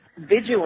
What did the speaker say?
vigilant